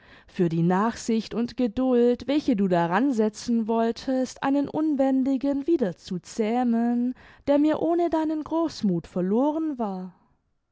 für die nachsicht und geduld welche du daran setzen wolltest einen unbändigen wieder zu zähmen der mir ohne deine großmuth verloren war